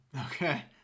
okay